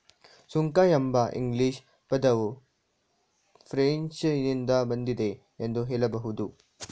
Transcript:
ಸುಂಕ ಎಂಬ ಇಂಗ್ಲಿಷ್ ಪದವು ಫ್ರೆಂಚ್ ನಿಂದ ಬಂದಿದೆ ಎಂದು ಹೇಳಬಹುದು